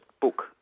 book